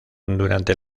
durante